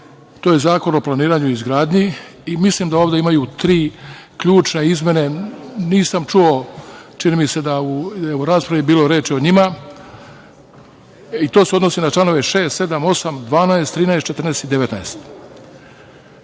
je Zakon o planiranju i izgradnji i mislim da ovde imaju tri ključne izmene. Nisam čuo, čini mi se, da je u raspravi bilo reči o njima, i to se odnosi na članove 6, 7, 8, 12, 13, 14.